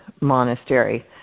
monastery